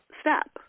step